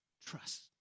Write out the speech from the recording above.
Trust